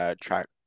track